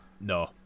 No